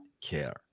care